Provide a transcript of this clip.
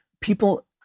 people